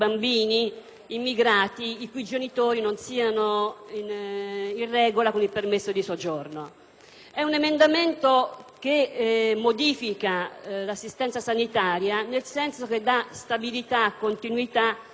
Sono emendamenti che modificano l'assistenza sanitaria nel senso di dare stabilità e continuità al diritto alla salute dei bambini.